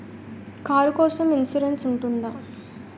Car కోసం insurance ఉంటుందా?